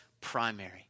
primary